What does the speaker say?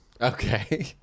Okay